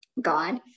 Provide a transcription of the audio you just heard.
God